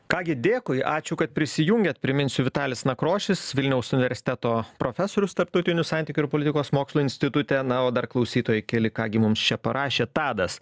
ką gi dėkui ačiū kad prisijungėt priminsiu vitalis nakrošis vilniaus universiteto profesorius tarptautinių santykių ir politikos mokslų institute na o dar klausytojai keli ką gi mums čia parašė tadas